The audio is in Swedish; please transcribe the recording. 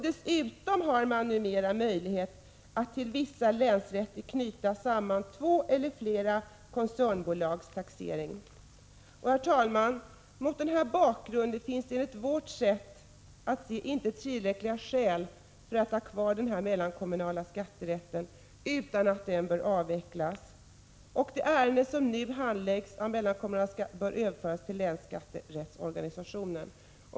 Dessutom har man numera möjligheten att till vissa länsrätter knyta samman två eller flera koncernbolags taxeringar. Mot den här bakgrunden finns det enligt vårt sätt att se inte tillräckliga skäl att ha kvar MKSR, utan den bör avskaffas. De ärenden som nu handläggs av mellankommunala skatterätten bör överföras till länsskatterättsorganisationen.